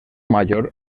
mayor